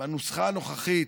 בנוסחה הנוכחית,